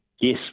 Yes